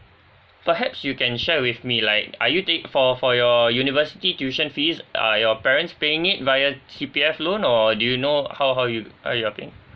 perhaps you can share with me like are you take for for your university tuition fees are your parents paying it via C_P_F loan or do you know how how you how you are paying